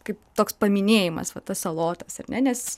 kaip toks paminėjimas va tas salotas ar ne nes